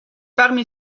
parmi